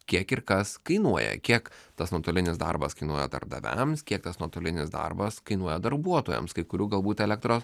kiek ir kas kainuoja kiek tas nuotolinis darbas kainuoja darbdaviams kiek tas nuotolinis darbas kainuoja darbuotojams kai kurių galbūt elektros